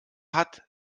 hat